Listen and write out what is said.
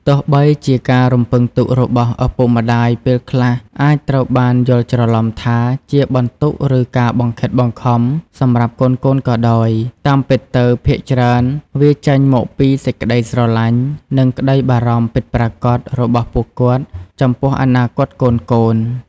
ទោះបីជាការរំពឹងទុករបស់ឪពុកម្ដាយពេលខ្លះអាចត្រូវបានយល់ច្រឡំថាជា បន្ទុក ឬ ការបង្ខិតបង្ខំ សម្រាប់កូនៗក៏ដោយ តាមពិតទៅ ភាគច្រើនវាចេញមកពីសេចក្ដីស្រឡាញ់ និងក្ដីបារម្ភពិតប្រាកដ របស់ពួកគាត់ចំពោះអនាគតកូនៗ។